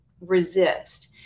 resist